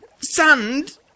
Sand